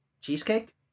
Cheesecake